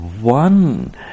one